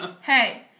Hey